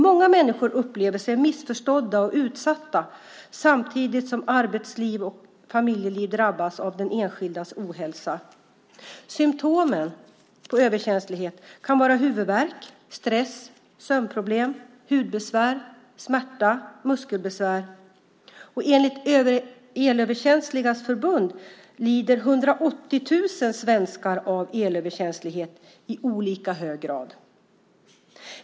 Många människor upplever sig som missförstådda och utsatta, samtidigt som arbetsliv och familjeliv drabbas av den enskildas ohälsa. Symtomen på överkänslighet kan vara huvudvärk, stress, sömnproblem, hudbesvär, smärta och muskelbesvär. Enligt Elöverkänsligas Förbund lider 180 000 svenskar av elöverkänslighet i olika hög grad.